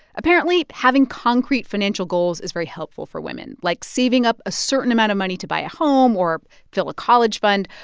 apparently, having concrete financial goals is very helpful for women, like saving up a certain amount of money to buy a home or fill a college fund.